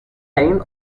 این